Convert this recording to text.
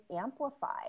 amplified